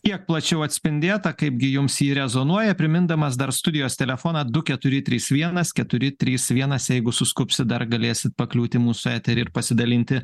kiek plačiau atspindėta kaipgi jums ji rezonuoja primindamas dar studijos telefoną du keturi trys vienas keturi trys vienas jeigu suskubsit dar galėsit pakliūti į mūsų etery ir pasidalinti